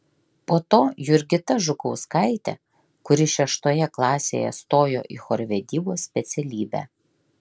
po to jurgita žukauskaitė kuri šeštoje klasėje stojo į chorvedybos specialybę